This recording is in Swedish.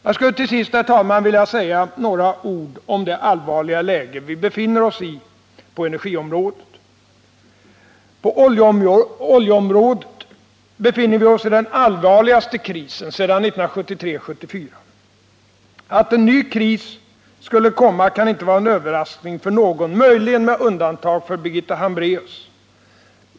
Jag skulle till sist, herr talman, vilja säga några ord om det allvarliga läge vi befinner oss i på energiområdet. På oljeområdet befinner vi oss i den allvarligaste krisen sedan 1973-1974. Att en ny kris skulle komma kan inte vara en överraskning för någon, möjligen med undantag för Birgitta Hambraeus.